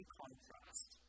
contrast